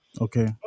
Okay